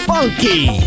Funky